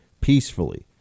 peacefully